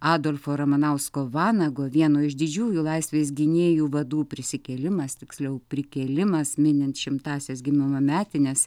adolfo ramanausko vanago vieno iš didžiųjų laisvės gynėjų vadų prisikėlimas tiksliau prikėlimas minint šimtąsias gimimo metines